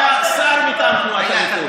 היה שר מטעם הליכוד.